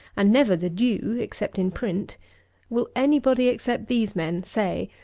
and never the dew except in print will any body except these men say,